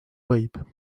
võib